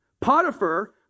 Potiphar